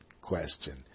question